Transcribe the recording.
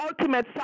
ultimate